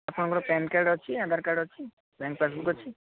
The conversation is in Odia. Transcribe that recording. ଆପଣଙ୍କର ପ୍ୟାନ୍ କାର୍ଡ଼ ଅଛି ଆଧାର କାର୍ଡ଼ ଅଛି ବ୍ୟାଙ୍କ ପାସବୁକ୍ ଅଛି